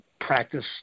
practice